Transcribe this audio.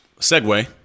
segue